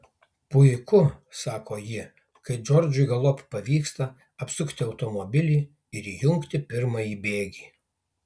puiku sako ji kai džordžui galop pavyksta apsukti automobilį ir įjungti pirmąjį bėgį